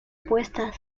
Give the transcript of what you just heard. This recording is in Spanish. puesta